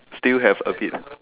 still have a bit